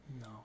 No